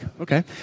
okay